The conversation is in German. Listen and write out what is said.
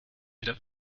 wieder